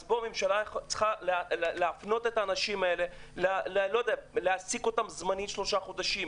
אז הממשלה צריכה להעסיק את האנשים האלה זמנית שלושה חודשים,